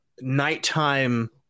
nighttime